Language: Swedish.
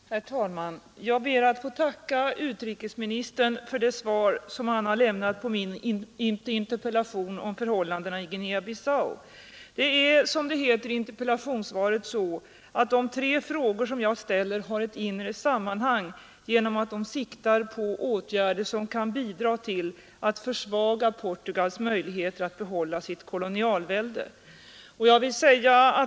Herr talman! Jag ber att få tacka utrikesministern för det svar som han har lämnat på min interpellation om förhållandena i Guinea-Bissau. Det är, som det heter i interpellationssvaret, så att de tre frågor jag ställer har ett inre sammanhang genom att de siktar på åtgärder som kan bidra till att försvaga Portugals möjligheter att behålla sitt kolonialvälde.